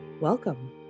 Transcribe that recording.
Welcome